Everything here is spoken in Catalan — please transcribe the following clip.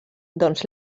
doncs